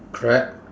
crab